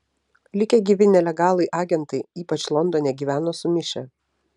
likę gyvi nelegalai agentai ypač londone gyveno sumišę